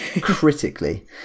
Critically